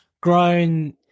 grown